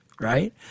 right